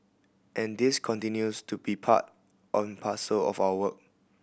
and this continues to be part on parcel of our work